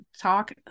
talk